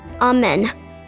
amen